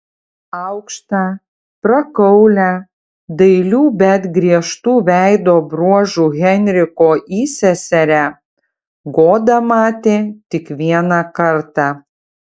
aukštą prakaulią dailių bet griežtų veido bruožų henriko įseserę goda matė tik vieną kartą